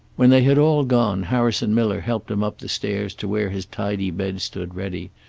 when they had all gone harrison miller helped him up the stairs to where his tidy bed stood ready,